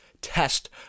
test